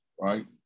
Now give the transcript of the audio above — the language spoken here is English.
right